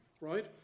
right